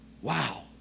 Wow